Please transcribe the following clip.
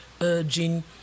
urging